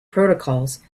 protocols